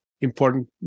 important